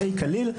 די קליל,